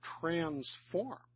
transform